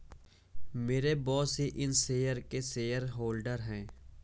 मेरे बॉस ही इन शेयर्स के शेयरहोल्डर हैं